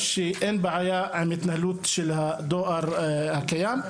שאין בעיה עם התנהלות של הדואר הקיים.